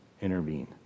intervene